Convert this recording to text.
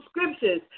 scriptures